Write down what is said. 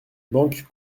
banque